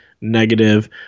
negative